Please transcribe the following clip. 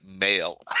mail